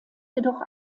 jedoch